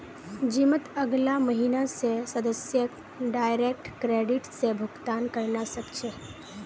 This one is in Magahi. जिमत अगला महीना स सदस्यक डायरेक्ट क्रेडिट स भुक्तान करना छ